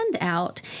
out